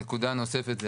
נקודה נוספת זה